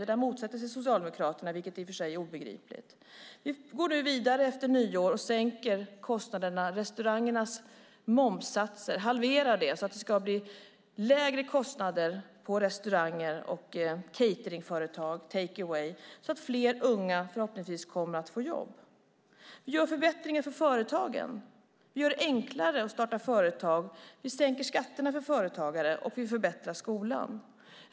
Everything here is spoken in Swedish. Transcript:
Det motsätter sig Socialdemokraterna, vilket är obegripligt. Vi går nu vidare efter nyår och sänker restaurangernas momssatser. De halveras så att det blir lägre kostnader för restauranger, cateringföretag och takeawayföretag så att fler unga förhoppningsvis kommer att få jobb. Vi gör förbättringar för företagen, vi gör det enklare att starta företag, vi sänker skatterna för företagare och vi förbättrar skolan.